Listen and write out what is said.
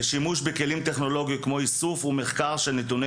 ושימוש בכלים טכנולוגיים כמו איסוף ומחקר של נתוני